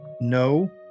No